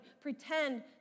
pretend